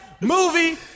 movie